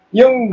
yung